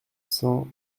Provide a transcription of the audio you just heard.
cent